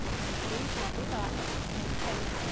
and we found, we thought you know ten,